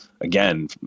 again